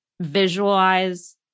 visualize